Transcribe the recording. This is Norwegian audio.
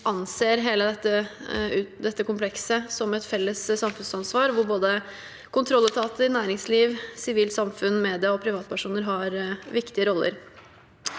vi anser hele dette komplekset som et felles samfunnsansvar, hvor både kontrolletater, næringsliv, sivilt samfunn, media og privatpersoner har viktige roller.